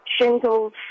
shingles